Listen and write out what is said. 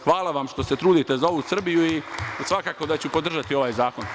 Hvala vam što se trudite za ovu Srbiju i svakako da ću podržati ovaj zakon.